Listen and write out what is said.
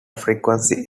frequency